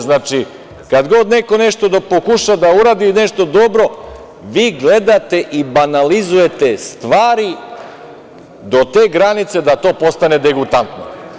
Znači, kad god neko pokuša da uradi nešto dobro, vi gledate i banalizujete stvari do te granice da to postane degutantno.